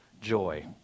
joy